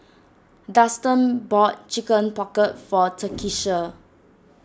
Dustan bought Chicken Pocket for Takisha